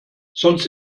sonst